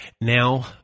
now